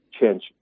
change